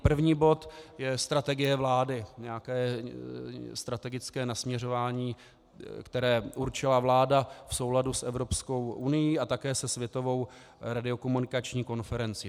První bod je strategie vlády nějaké strategické nasměrování, které určila vláda v souladu s Evropskou unií a také se Světovou radiokomunikační konferencí.